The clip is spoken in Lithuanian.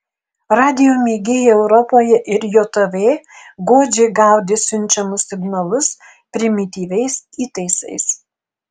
radijo mėgėjai europoje ir jav godžiai gaudė siunčiamus signalus primityviais įtaisais